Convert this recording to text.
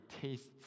tastes